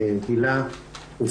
שהילה הופנתה אליה.